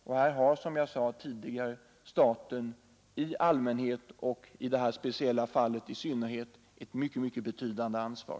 Staten har här, som jag sade tidigare, i detta fall ett mycket betydande ansvar.